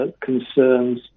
concerns